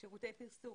שירותי פרסום,